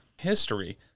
history